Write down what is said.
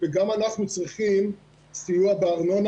גם אנחנו צריכים סיוע בארנונה.